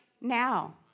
now